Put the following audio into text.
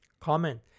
Comment